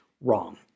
Wrong